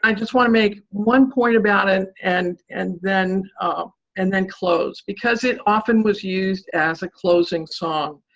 and just want to make one point about it and and then um and then close, because it often was used as a closing song.